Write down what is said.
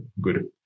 good